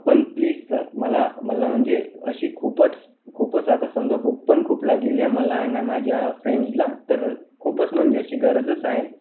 पण please sir मला मला म्हणजे अशी खूपच खूपच आता समजा भूक पण खूप लागलेली आहे मलाय न माझ्या फ्रेंड्सला तर खूपच म्हणजे अशी गरजच आहे